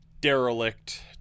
derelict